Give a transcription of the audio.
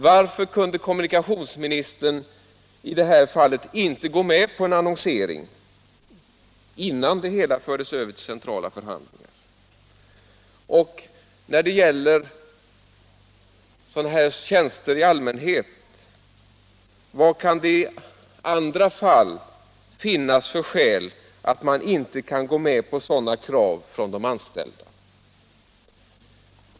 Varför kunde inte kommunikationsministern i det här fallet gå med på en annonsering, innan det hela fördes över till centrala förhandlingar? Och när det gäller sådana här tjänster i allmänhet, vad kan det i andra fall finnas för skäl att man inte kan gå med på sådana krav från de anställda?